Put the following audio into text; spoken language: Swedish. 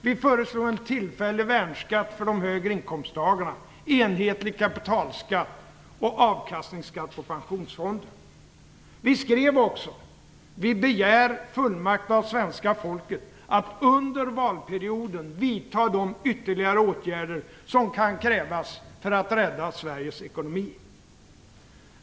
Vi föreslog en tillfällig värnskatt för de högre inkomsttagarna, enhetlig kapitalskatt och avkastningsskatt på pensionsfonder. Vi skrev också att vi begär fullmakt av svenska folket att under valperioden vidta de ytterligare åtgärder som kan krävas för att rädda Sveriges ekonomi.